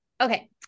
Okay